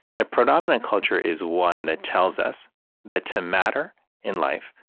the predominant culture is one that tells us that to matter in life,